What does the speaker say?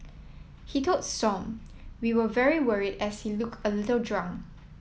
he told stomp we were very worried as he looked a little drunk